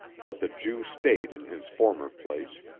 but the jew stayed in his former place,